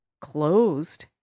closed